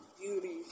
beauty